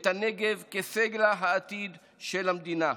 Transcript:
את הנגב כ"סלע העתיד" של המדינה,